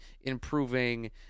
improving